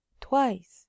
Twice